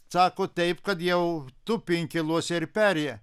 sako taip kad jau tupi inkiluose ir perėją